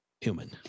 human